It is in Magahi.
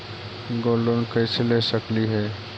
गोल्ड लोन कैसे ले सकली हे?